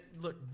look